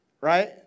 Right